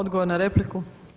Odgovor na repliku.